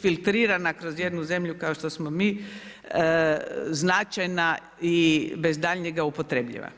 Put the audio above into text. filtrirana kroz jednu zemlju kao što smo mi, značajna i bez daljnja upotrebljiva.